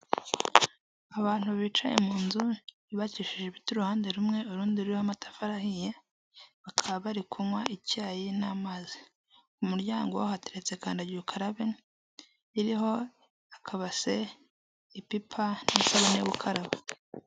Abantu bicaye mu nzu yubakishije ibiti uruhande rumwe urundi ruriho amatafari ahiye, bakaba bari kunywa icyayi n'amazi, mu muryango hateretse kandagira ukarabe iriho akabase ipipa n'isabune yo gukaraba.